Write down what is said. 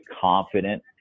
confident